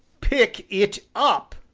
pick it up!